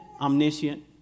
omniscient